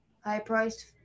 high-priced